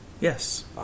Yes